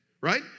right